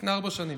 לפני ארבע שנים,